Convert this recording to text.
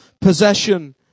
possession